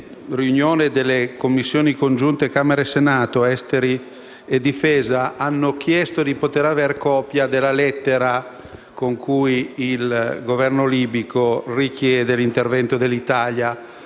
di riunione delle Commissioni congiunte esteri e difesa di Camera e Senato, hanno chiesto di poter avere copia della lettera con cui il Governo libico richiede l'intervento dell'Italia.